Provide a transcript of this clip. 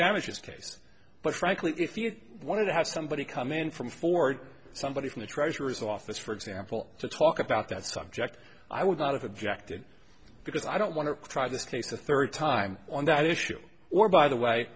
damages case but frankly if you wanted to have somebody come in from ford somebody from the treasurer's office for example to talk about that subject i would not have objected because i don't want to try this case a third time on that issue or by the way